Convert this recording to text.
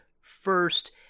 first